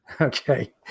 Okay